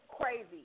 crazy